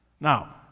Now